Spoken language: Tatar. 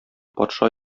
патша